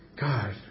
God